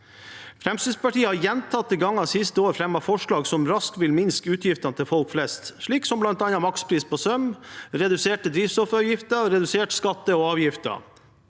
Fremskrittspartiet har gjentatte ganger det siste året fremmet forslag som raskt vil minske utgiftene til folk flest, slik som bl.a. makspris på strøm, reduserte drivstoffavgifter og reduserte skatter og avgifter.